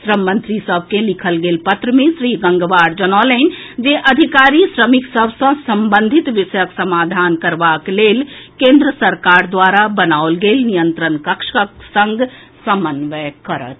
श्रम मंत्री सभ के लिखल गेल पत्र मे श्री गंगवार जनौलनि जे अधिकारी श्रमिक सभ सँ संबंधित विषयक समाधान करबाक लेल कर्केन्द्र सरकार द्वारा बनाओल गेल नियंत्रण कक्षक संग समन्वय करथि